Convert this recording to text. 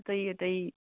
ꯑꯇꯩ ꯑꯇꯩ